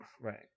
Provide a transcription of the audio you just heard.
Right